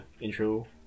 intro